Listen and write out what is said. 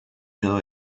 know